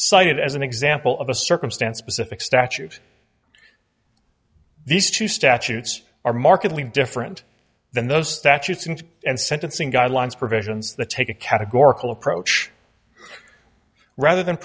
cited as an example of a circumstance specific statute these two statutes are markedly different than those statutes and and sentencing guidelines provisions that take a categorical approach rather than